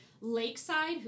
Lakeside